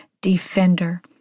defender